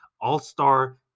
all-star